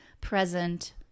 present